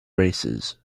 races